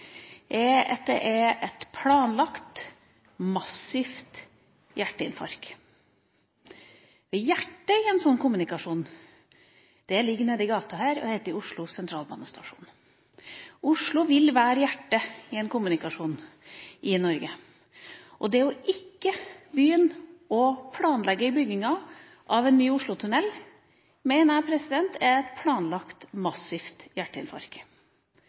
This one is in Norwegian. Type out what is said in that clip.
at den er et planlagt, massivt hjerteinfarkt. Og hjertet i en sånn kommunikasjon ligger rett nede i gata her og heter Oslo sentralbanestasjon. Oslo vil være hjertet for kommunikasjonen i Norge. Det å ikke begynne å planlegge bygginga av en ny Oslotunnel mener jeg er et planlagt, massivt